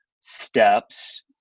steps